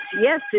yes